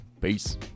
Peace